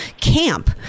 camp